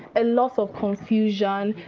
a lot of confusion.